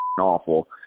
awful